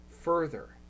further